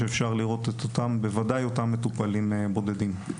בו אפשר לראות את אותם מטופלים ובוודאי שאת הבודדים.